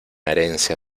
herencia